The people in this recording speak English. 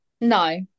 no